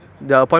ah